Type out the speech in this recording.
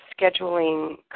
scheduling